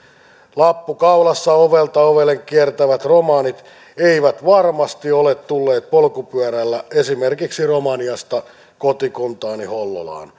lappu kaulassa ovelta ovelle kiertävät romanit eivät varmasti ole tulleet polkupyörällä esimerkiksi romaniasta kotikuntaani hollolaan